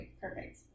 perfect